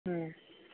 ओम